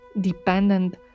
dependent